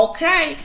Okay